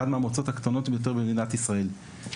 אחת מהמועצות הקטנות ביותר במדינת ישראל,